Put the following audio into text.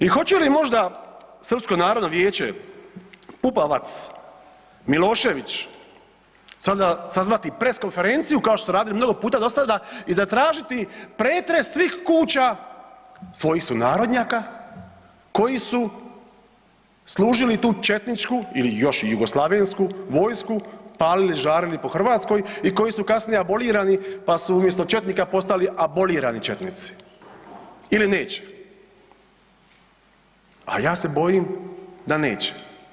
I hoće li možda Srpsko narodno vijeće, Pupovac, Milošević sazvati pres konferenciju kao što su radili mnogo puta do sada i zatražiti pretres svih kuća svojih sunarodnjaka koji su služili tu četničku ili još i jugoslavensku vojsku, palili i žarili po Hrvatskoj i koji su kasnije abolirani, pa su umjesto četnika postali abolirani četnici ili neće, a ja se bojim da neće.